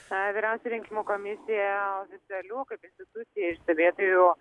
su vyriausiąja rinkimų komisija oficialių kaip institucija ir stebėtojų